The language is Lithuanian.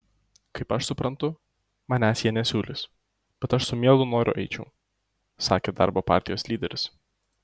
kaip aš suprantu manęs jie nesiūlys bet aš su mielu noru eičiau sakė darbo partijos lyderis